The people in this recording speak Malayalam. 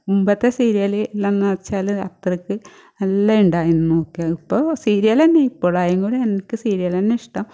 മുമ്പത്തെ സീരിയല് എന്ന് വെച്ചാൽ അത്രയ്ക്ക് എല്ലാം ഉ ണ്ടായിരുന്നു ഒക്കെ ഇപ്പോൾ സീരിയൽതന്നെ ഇപ്പോഴായാലും എനിക്ക് സീരിയല് തന്നെ ഇഷ്ടം